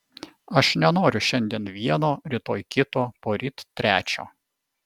aš nenoriu šiandien vieno rytoj kito poryt trečio